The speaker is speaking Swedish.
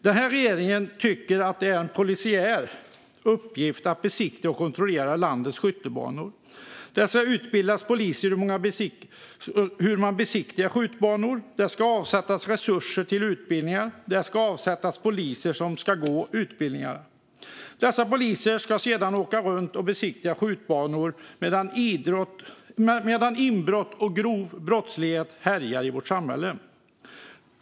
Den här regeringen tycker att det är en polisiär uppgift att besiktiga och kontrollera landets skjutbanor. Därför utbildas poliser i hur man besiktigar skjutbanor. Det ska avsättas resurser till utbildningar, det ska avsättas poliser som ska gå utbildningarna och dessa poliser ska sedan åka runt och besiktiga skjutbanor medan inbrott och grov brottslighet härjar i vårt samhälle.